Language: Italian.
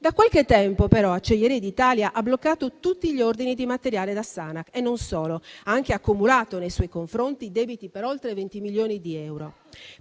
Da qualche tempo, però, Acciaierie d'Italia ha bloccato tutti gli ordini di materiale da Sanac, e non solo: ha anche accumulato nei suoi confronti debiti per oltre 20 milioni di euro.